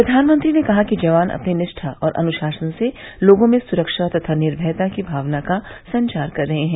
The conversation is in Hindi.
प्रधानमंत्री ने कहा कि जवान अपनी निष्ठा और अनुशासन से लोगों में सुरक्षा तथा निर्भयता की भावना का संचार कर रहे हैं